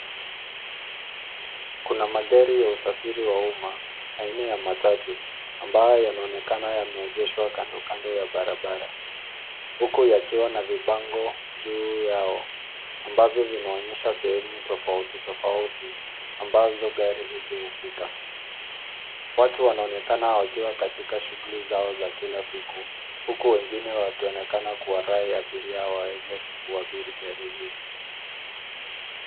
Kuna magari ya usafiri wa umma, aina ya matatu, ambayo yanaonekana yameegeshwa kando kando ya barabara, huku yakiwa na vibango juu yao ambavyo vinaonyesha sehemu tofauti tofauti ambazo gari hizi hufika. Watu wanaonekana wakiwa katika shughuli zao za kila siku, huku wengine wakionekana kuwarai abiria waweze kuabiri gari hizi.